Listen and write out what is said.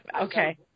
Okay